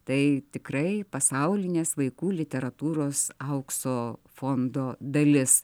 tai tikrai pasaulinės vaikų literatūros aukso fondo dalis